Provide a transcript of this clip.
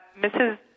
Mrs